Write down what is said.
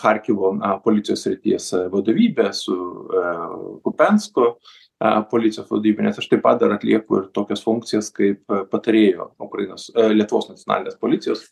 charkivo policijos srities vadovybe su kupiansku policijos vadovybė nes aš taip pat dar atlieku ir tokias funkcijas kaip patarėjo ukrainos lietuvos nacionalinės policijos